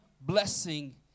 blessing